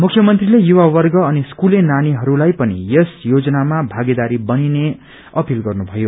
मुख्यमन्त्रीले युवावर्ग अनि स्कूले नानीहरूलाई पनि यस योजनामा भागेदारी बनिने अपील गर्नुभयो